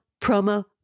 promo